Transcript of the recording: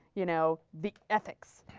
you know, the ethics.